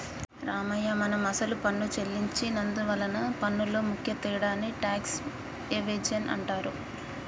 రామయ్య మనం అసలు పన్ను సెల్లించి నందువలన పన్నులో ముఖ్య తేడాని టాక్స్ ఎవేజన్ అంటారు